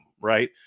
Right